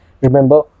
remember